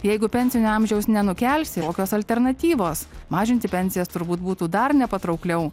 jeigu pensinio amžiaus nenukelsi jokios alternatyvos mažinti pensijas turbūt būtų dar nepatraukliau